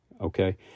Okay